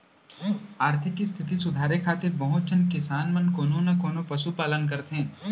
आरथिक इस्थिति सुधारे खातिर बहुत झन किसान मन कोनो न कोनों पसु पालन करथे